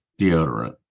deodorant